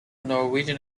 norwegian